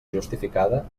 justificada